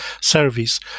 service